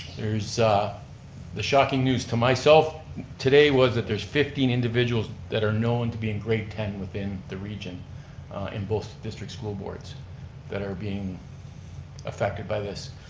there's the shocking news to myself today was there's fifteen individuals that are known to be in grade ten within the region in both district school boards that are being affected by this.